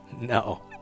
No